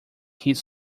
his